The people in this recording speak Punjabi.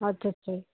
ਅੱਛਾ ਅੱਛਾ